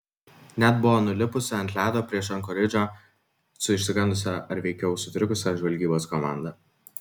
net buvo nulipusi ant ledo prieš ankoridžą su išsigandusia ar veikiau sutrikusia žvalgybos komanda